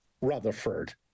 Rutherford